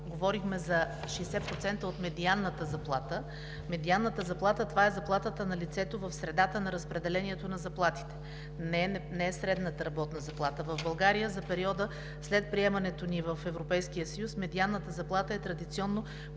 говорихме за 60% от медианната заплата. Медианната заплата това е заплатата на лицето в средата на разпределението на заплатите, не е средната работна заплата. В България за периода след приемането ни в Европейския съюз медианната заплата е традиционно